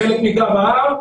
חלק מגב ההר,